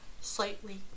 Slightly